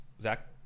zach